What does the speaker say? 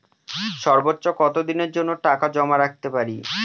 সর্বোচ্চ কত দিনের জন্য টাকা জমা রাখতে পারি?